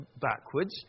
backwards